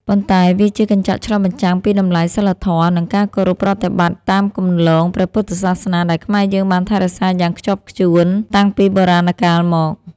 ប៉ុន្តែវាជាកញ្ចក់ឆ្លុះបញ្ចាំងពីតម្លៃសីលធម៌ និងការគោរពប្រតិបត្តិតាមគន្លងព្រះពុទ្ធសាសនាដែលខ្មែរយើងបានថែរក្សាយ៉ាងខ្ជាប់ខ្ជួនតាំងពីបុរាណកាលមក។